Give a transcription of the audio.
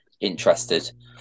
interested